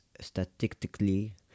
statistically